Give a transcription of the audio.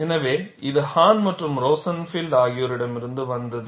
எனவே இது ஹான் மற்றும் ரோசன்பீல்ட் ஆகியோரிடமிருந்து வந்தது